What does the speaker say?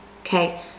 okay